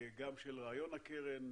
גם את הרעיון של הקרן.